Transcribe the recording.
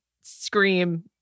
scream